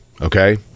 Okay